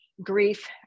grief